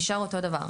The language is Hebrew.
נשאר אותו הדבר,